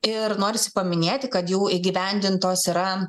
ir norisi paminėti kad jau įgyvendintos yra